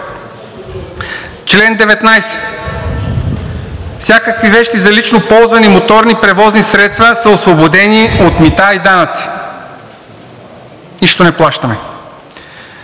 „Чл. 19. Всякакви вещи за лично ползване и моторни превозни средства са освободени от мита и данъци.“ Нищо не плащаме!